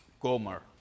Gomer